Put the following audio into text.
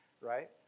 right